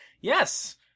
Yes